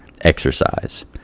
exercise